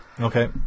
Okay